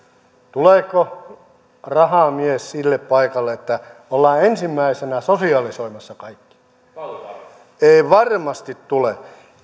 tuleeko rahamies sille paikalle että ollaan ensimmäisenä sosialisoimassa kaikki ei varmasti tule